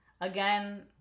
Again